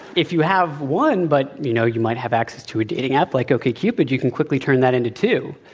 if you have one, but, you know, you might have access to a dating app like okcupid, you can quickly turn that into two.